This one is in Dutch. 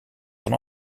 van